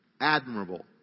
Admirable